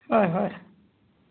হয় হয়